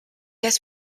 has